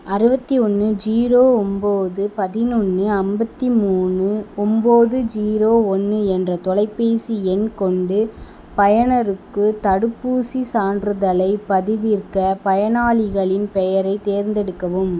அறுபத்தி ஒன்று ஜீரோ ஒன்போது பதினொன்று ஐம்பத்தி மூணு ஒன்போது ஜீரோ ஒன்று என்ற தொலைபேசி எண் கொண்ட பயனருக்கு தடுப்பூசிச் சான்றிதழைப் பதிவிறக்க பயனாளிகளின் பெயரைத் தேர்ந்தெடுக்கவும்